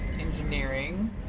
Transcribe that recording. Engineering